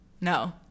no